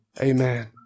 amen